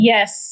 Yes